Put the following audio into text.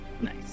Nice